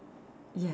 yes